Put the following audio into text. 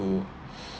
to